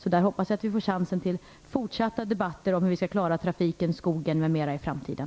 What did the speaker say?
Jag hoppas att vi får chansen till fortsatta debatter om hur vi skall klara trafiken, skogen m.m. i framtiden.